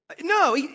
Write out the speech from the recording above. No